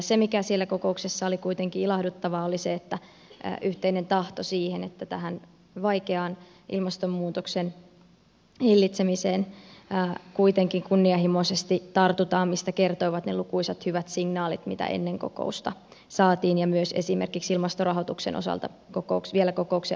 se mikä siellä kokouksessa oli kuitenkin ilahduttavaa oli yhteinen tahto siihen että tähän vaikeaan ilmastonmuutoksen hillitsemiseen kuitenkin kunnianhimoisesti tartutaan mistä kertoivat ne lukuisat hyvät signaalit mitä ennen kokousta saatiin ja myös esimerkiksi ilmastorahoituksen osalta vielä kokouksen aikanakin